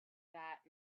that